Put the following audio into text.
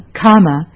karma